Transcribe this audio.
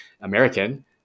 American